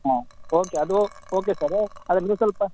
ಹಾಂ ಓಕೆ ಅದು okay sir ಆದರು ನೀವು ಸ್ವಲ್ಪ